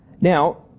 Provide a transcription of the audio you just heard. Now